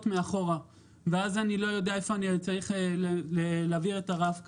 מאחור ואז אני לא יודע איפה להעביר את הרב קו.